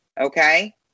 okay